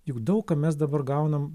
juk daug ką mes dabar gaunam